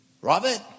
Robert